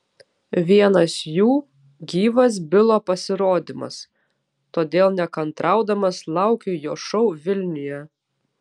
vienas jų gyvas bilo pasirodymas todėl nekantraudamas laukiu jo šou vilniuje